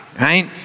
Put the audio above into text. right